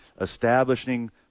establishing